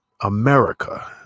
America